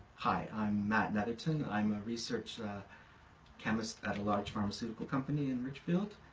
hi, i'm matt netherton. i'm a research chemist at a large pharmaceutical company in richfield.